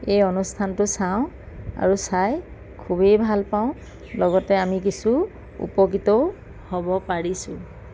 এই অনুষ্ঠানটো চাওঁ আৰু চাই খুবেই ভাল পাওঁ লগতে আমি কিছু উপকৃতও হ'ব পাৰিছোঁ